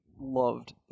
loved